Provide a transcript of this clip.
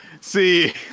See